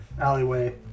alleyway